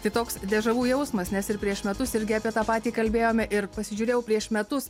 tai toks deža vu jausmas nes ir prieš metus irgi apie tą patį kalbėjome ir pasižiūrėjau prieš metus